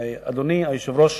אדוני היושב-ראש,